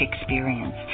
experience